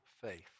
faith